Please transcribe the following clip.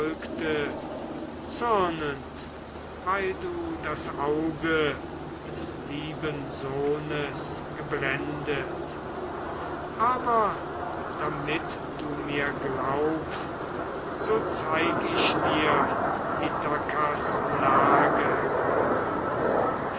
weil du das auge des lieben sohnes geblendet aber damit du mir glaubest so zeig ich dir ithakas lage